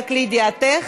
רק לידיעתך,